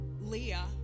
Leah